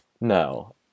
no